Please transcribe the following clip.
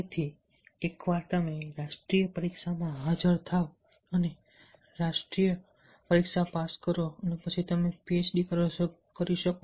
તેથી એકવાર તમે રાષ્ટ્રીય પરીક્ષામાં હાજર થાવ અને રાષ્ટ્રીય પરીક્ષા પાસ કરો પછી તમે PHD કરી શકશો